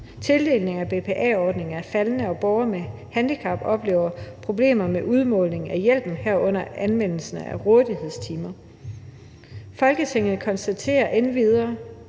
Tildelingen af BPA-ordninger er faldende, og borgere med handicap oplever problemer med udmålingen af hjælpen, herunder anvendelsen af rådighedstimer. Folketinget konstaterer endvidere,